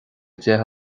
deich